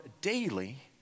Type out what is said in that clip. daily